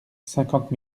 cinquante